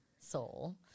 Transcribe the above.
soul